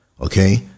Okay